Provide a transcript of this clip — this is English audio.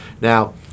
Now